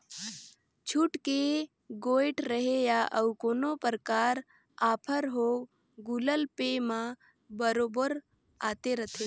छुट के गोयठ रहें या अउ कोनो परकार आफर हो गुगल पे म बरोबर आते रथे